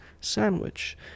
sandwich